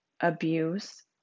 abuse